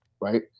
right